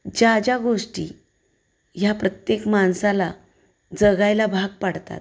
ज्या ज्या गोष्टी ह्या प्रत्येक माणसाला जगायला भाग पाडतात